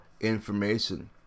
information